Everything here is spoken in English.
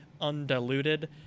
undiluted